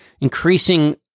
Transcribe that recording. increasing